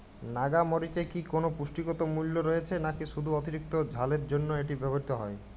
নাগা মরিচে কি কোনো পুষ্টিগত মূল্য রয়েছে নাকি শুধু অতিরিক্ত ঝালের জন্য এটি ব্যবহৃত হয়?